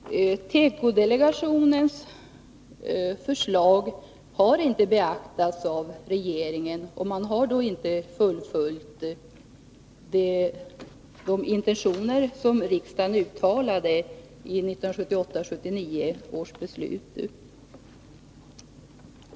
Fru talman! Tekodelegationens förslag har inte beaktats av regeringen, och man har inte fullföljt de intentioner som riksdagen uttalade i 1978/79 års beslut.